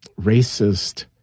racist